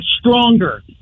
stronger